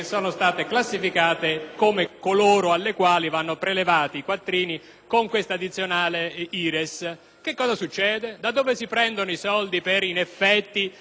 con questa addizionale IRES. Cosa succede? Da dove si prendono i soldi per finanziare le grandi opere infrastrutturali? Non si sa.